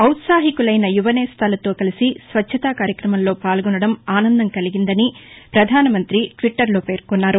ఔత్సాహికులైన యువనేస్తాలతో కలసి స్వచ్ఛతా కార్యక్రమంలో పాల్గొనడం ఆనందం కలిగిందని పధానమంతి ట్విట్టర్లో పేర్కొన్నారు